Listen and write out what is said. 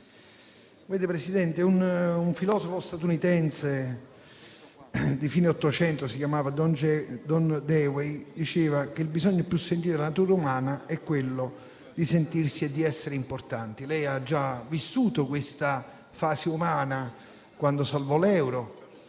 un filosofo statunitense di fine Ottocento, che si chiamava John Dewey, diceva che il bisogno più sentito della natura umana è quello di sentirsi e di essere importanti. Lei ha già vissuto questa fase umana, quando salvò l'euro